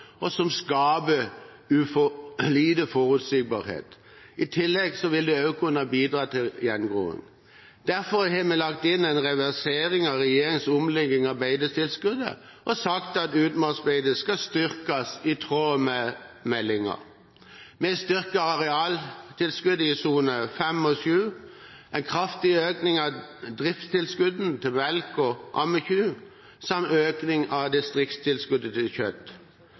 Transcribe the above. som skaper for lite forutsigbarhet. I tillegg vil det kunne bidra til gjengroing. Derfor har vi lagt inn en reversering av regjeringens omlegging av beitetilskuddet og sagt at utmarksbeite skal styrkes, i tråd med meldingen. Vi har en styrking av arealtilskuddet i sone 5–7, en kraftig økning av driftstilskuddet til melke- og ammekyr samt en økning av distriktstilskuddet til kjøtt.